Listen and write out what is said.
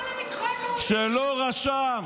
שלא רשם,